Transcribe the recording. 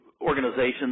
organizations